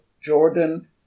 Jordan